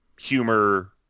humor